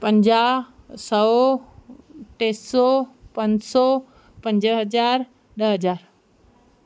पंजाहु सौ टे सौ पंज सौ पंज हज़ार ॾह हज़ार